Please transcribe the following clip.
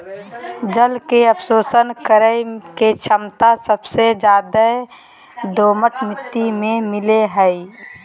जल के अवशोषण करे के छमता सबसे ज्यादे दोमट मिट्टी में मिलय हई